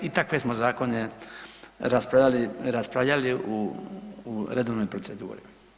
I takve smo zakone raspravljali u redovnoj proceduri.